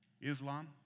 Islam